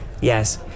Yes